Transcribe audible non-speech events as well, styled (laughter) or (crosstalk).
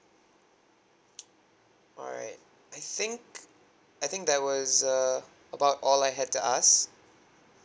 (noise) alright I think I think that was uh about all I had to ask